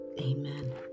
Amen